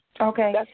Okay